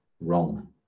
wrong